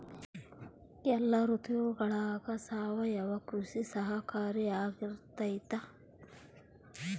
ಎಲ್ಲ ಋತುಗಳಗ ಸಾವಯವ ಕೃಷಿ ಸಹಕಾರಿಯಾಗಿರ್ತೈತಾ?